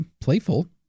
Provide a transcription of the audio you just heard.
playful